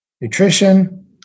nutrition